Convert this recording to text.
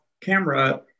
camera